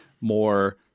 more